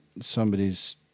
somebody's